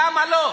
למה לא?